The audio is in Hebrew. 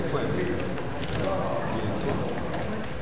ההסתייגות (1) של חברי הכנסת ג'מאל זחאלקה וחנין זועבי